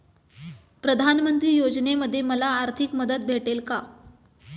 प्रधानमंत्री योजनेमध्ये मला आर्थिक मदत भेटेल का?